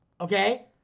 Okay